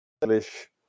English